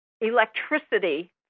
electricity